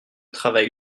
travail